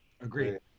Agreed